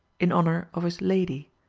in honour of his lady,